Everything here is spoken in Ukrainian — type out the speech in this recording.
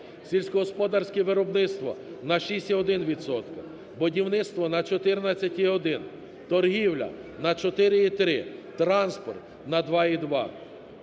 сільськогосподарське виробництво на 6,1 відсотки, будівництво на 14,1, торгівля на 4,3, транспорт на 2,2.